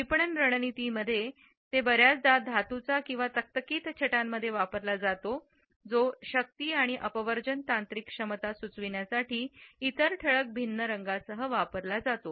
विपणन रणनीतींमध्ये हे बर्याचदा धातूचा आणि तकतकीत छटाांमध्ये वापरला जातो जो शक्ती आणि अपवर्जन तांत्रिक क्षमता सुचविण्यासाठी इतर ठळक भिन्न रंगांसह वापरला जातो